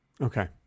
Okay